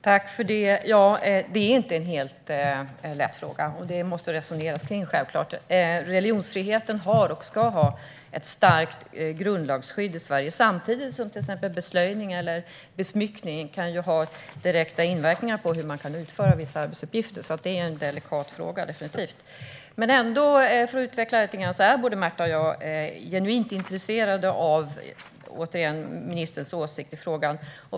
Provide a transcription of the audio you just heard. Herr talman! Detta är inte någon helt lätt fråga. Man måste självklart resonera kring den. Religionsfriheten har och ska ha ett starkt grundlagsskydd i Sverige, samtidigt som till exempel beslöjning eller besmyckning kan ha direkt inverkan på hur man kan utföra vissa arbetsuppgifter. Det är definitivt en delikat fråga. För att utveckla det här lite grann: Både Märta och jag är genuint intresserade av ministerns åsikt i frågan.